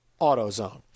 AutoZone